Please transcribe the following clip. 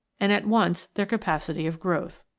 and at once their capacity of growth.